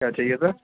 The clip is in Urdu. کیا چاہیے سر